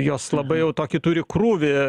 jos labai jau tokį turi krūvį